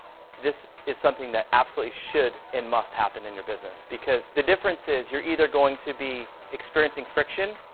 this is something that absolutely should and must happen in your business, because the difference is, you're either going to be experiencing friction,